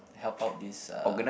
help out this uh